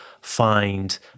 find